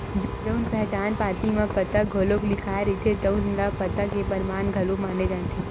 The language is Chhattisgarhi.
जउन पहचान पाती म पता घलो लिखाए रहिथे तउन ल पता के परमान घलो माने जाथे